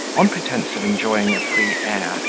on pretence of enjoying a free air,